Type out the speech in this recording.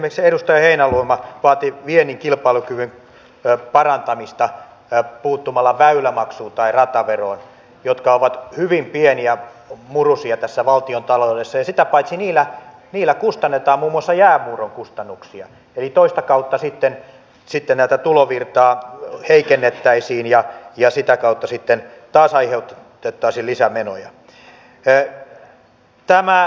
esimerkiksi edustaja heinäluoma vaati viennin kilpailukyvyn parantamista puuttumalla väylämaksuun tai rataveroon jotka ovat hyvin pieniä murusia tässä valtiontaloudessa ja sitä paitsi niillä kustannetaan muun muassa jäänmurron kustannuksia eli toista kautta sitten tätä tulovirtaa heikennettäisiin ja sitä kautta sitten taas aiheutettaisiin lisää menoja